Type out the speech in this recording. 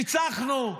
ניצחנו.